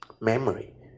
memory